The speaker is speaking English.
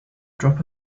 drop